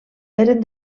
eren